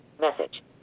Message